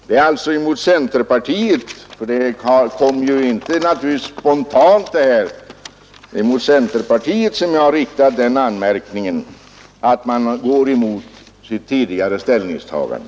Det är alltså mot centerpartiet — eftersom detta ju inte kom spontant — som jag har riktat anmärkningen att man går emot sitt tidigare ställningstagande.